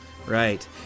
Right